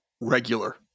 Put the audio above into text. regular